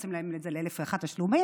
פורסים להם את זה לאלף ואחד תשלומים,